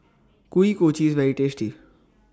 Kuih Kochi IS very tasty